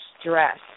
stress